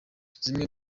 zimwe